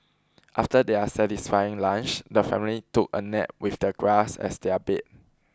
after their satisfying lunch the family took a nap with the grass as their bed